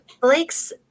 blake's